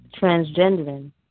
transgendering